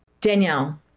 Danielle